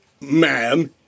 ma'am